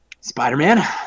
Spider-Man